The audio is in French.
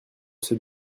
ces